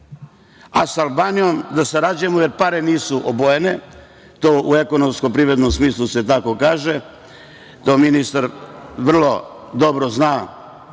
Sa Albanijom da sarađujemo, jer pare nisu obojene, to u ekonomskom, privrednom smislu se tako kaže, to ministar vrlo dobro zna